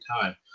time